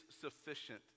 sufficient